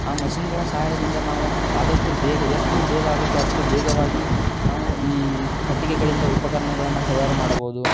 ಆ ಮೆಷಿನ್ಗಳ ಸಹಾಯದಿಂದ ನಾವು ಆದಷ್ಟು ಬೇಗ ಎಷ್ಟು ಬೇಗ ಆಗುತ್ತೋ ಅಷ್ಟು ಬೇಗವಾಗಿ ನಾವು ಈ ಕಟ್ಟಿಗೆಗಳಿಂದ ಉಪಕರಣಗಳನ್ನು ತಯಾರು ಮಾಡಬಹುದು